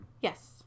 yes